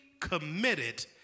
committed